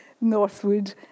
northwood